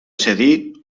cedí